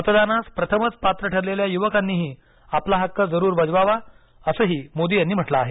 मतदानास प्रथमच पात्र ठरलेल्या युवकांनी आपला हक्क जरूर बजवावा असंही मोदी यांनी म्हटलं आहे